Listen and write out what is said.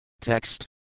Text